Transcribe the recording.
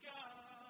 God